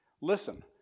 Listen